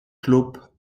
club